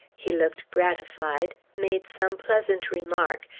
he looked gratified, made some pleasant remark,